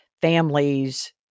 families